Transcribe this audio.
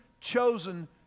chosen